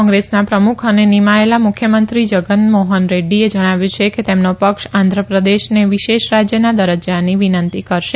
કોંગ્રેસના પ્રમુખ અને નીમાયેલા મુખ્યમંત્રી જગનમોહન રેડૃએ જણાવ્યું છે કે તેમનો પક્ષ આંધ્રપ્રદેશને વિશેષ રાજયના દરજજાની વિનંતી કરશે